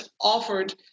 offered